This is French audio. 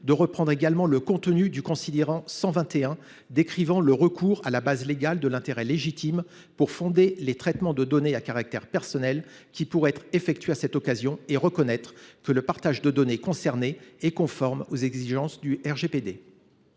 de reprendre également le contenu du considérant 121, qui décrit le recours à la base légale de l’intérêt légitime pour fonder les traitements de données à caractère personnel qui pourraient être effectués à cette occasion et reconnaître que le partage de données concernées est conforme aux exigences du RGPD.